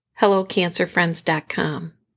HelloCancerFriends.com